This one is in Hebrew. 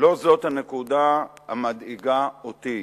לא זאת הנקודה המדאיגה אותי.